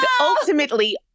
ultimately